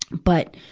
but,